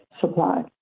supply